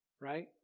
Right